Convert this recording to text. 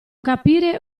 capire